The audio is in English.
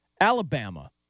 Alabama